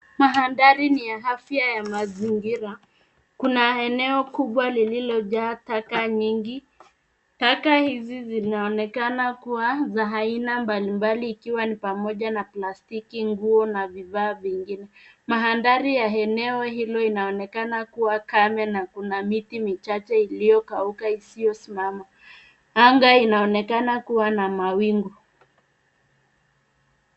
Mahandhari ni ya afya ya mazingira. Kuna eneo kubwa lililojaa taka nyingi. Taka hizi zinaonekana kuwa za aina mbali mbali ikiwa ni pamoja na plastiki, nguo, na vifaa vingine. Mahandhari ya eneo hilo inaonekana kuwa kame na kuna miti michache iliyokauka isiyosimama. Anga inaonekana kuwa na mawingu.